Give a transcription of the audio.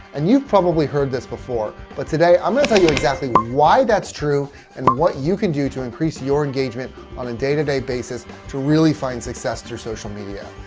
and you've probably heard this before. but, today, i'm going to tell you exactly why that's true and what you can do to increase your engagement on a day-to-day basis to really find success through social media.